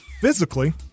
physically